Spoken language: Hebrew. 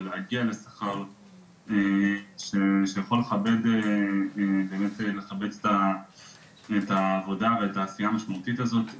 ולהגיע לשכר שיכול לכבד באמת את העבודה ואת העשייה המשמעותית הזאת,